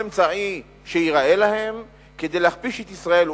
אמצעי שייראה להם כדי להכפיש את ישראל,